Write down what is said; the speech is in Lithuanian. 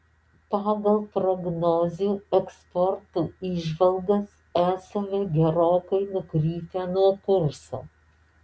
pagal prognozių ekspertų įžvalgas esame gerokai nukrypę nuo kurso